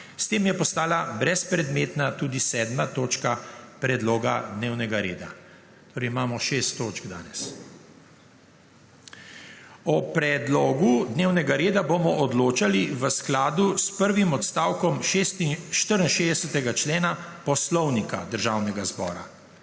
S tem je postala brezpredmetna tudi 7. točka predloga dnevnega reda, torej imamo 6. točk danes. O predlogu dnevnega reda bomo odločali v skladu s prvim odstavkom 64. člena Poslovnika Državnega zbora.